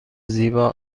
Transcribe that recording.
زیبا